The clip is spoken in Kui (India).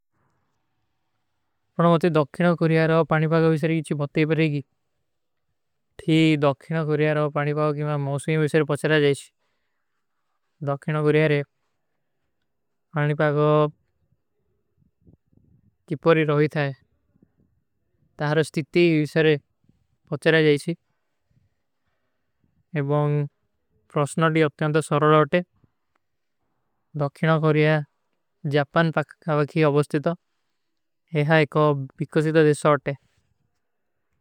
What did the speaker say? ପର ମୌତେ ଦକ୍ଖିନା କୋରିଯା ରହା ପାନିପାଗ ଵିଶର ଜୀଚୀ ମତେ ପରେଗୀ। ଥୀ ଦକ୍ଖିନା କୋରିଯା ରହା ପାନିପାଗ କୀମା ମୌସମୀ ଵିଶର ପଚ୍ଚରା ଜାଈଶୀ। ଦକ୍ଖିନା କୋରିଯାରେ ପାନିପାଗୋ କିପରୀ ରହୀ ଥାଯେ। ତାହରା ସ୍ତିତ୍ତୀ ଵିଶର ପଚ୍ଚରା ଜାଈଶୀ। ଏ। ବଂଗ ପ୍ରସ୍ନାଦୀ ଅପ୍ତିଯାଂ ତୋ ସର୍ଵଲ ଆଟେ। ଦକ୍ଖିନା କୋରିଯାରେ ଜାପାନ ପକ୍କାଵା କୀ ଅବସ୍ତିତ ଥା। ଏହା ଏକ ବିକ୍କୋସୀ ତୋ ଜିସା ଆଟେ।